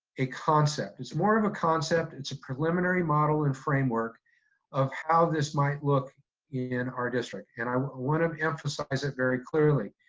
a concept. it's more of a concept, it's a preliminary model and framework of how this might look in our district. and i wanna emphasize it very clearly,